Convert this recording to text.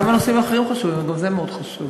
גם הנושאים האחרים חשובים, אבל גם זה מאוד חשוב.